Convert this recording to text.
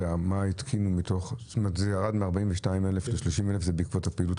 זה ירד מ-42,000 ל-30,000 בעקבות הפעילות